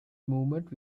movement